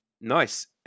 nice